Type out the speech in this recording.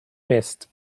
best